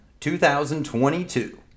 2022